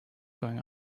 going